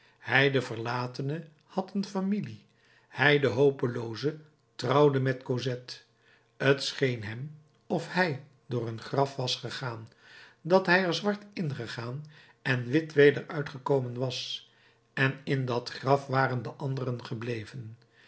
de verlatene had een familie hij de hopelooze trouwde met cosette t scheen hem of hij door een graf was gegaan dat hij er zwart ingegaan en wit weder uitgekomen was en in dat graf waren de anderen gebleven